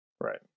Right